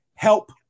help